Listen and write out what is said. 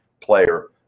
player